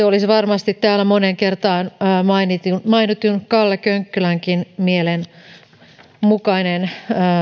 olisi varmasti täällä moneen kertaan mainitun mainitun kalle könkkölänkin mielen mukainen